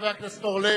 חבר הכנסת אורלב,